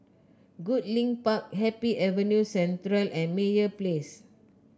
Goodlink Park Happy Avenue Central and Meyer Place